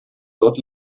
dort